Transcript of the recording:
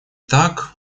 так